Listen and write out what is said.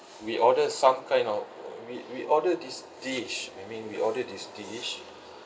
we ordered some kind of we we ordered this dish I mean we ordered this dish